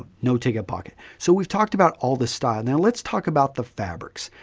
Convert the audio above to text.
ah no ticket pocket. so we've talked about all this style, and then let's talk about the fabrics.